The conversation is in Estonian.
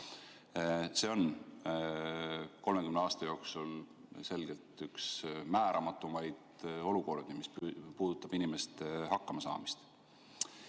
on 30 aasta jooksul selgelt üks määramatumaid olukordi, mis puudutab inimeste hakkamasaamist.